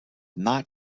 not